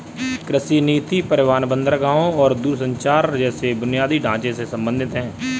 कृषि नीति परिवहन, बंदरगाहों और दूरसंचार जैसे बुनियादी ढांचे से संबंधित है